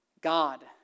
God